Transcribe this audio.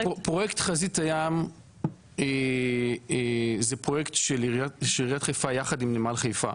פרויקט חזית הים זה פרויקט של עיריית חיפה יחד עם נמל חיפה.